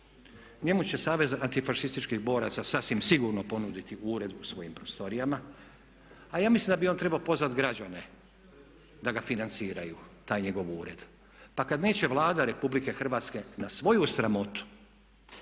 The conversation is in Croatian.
Njemu će Savez antifašističkih boraca sasvim sigurno ponudi ured u svojim prostorijama a ja mislim da bi on trebao pozvati građane da ga financiraju, taj njegov ured. Pa kad neće Vlada RH na svoju sramotu,